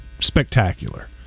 spectacular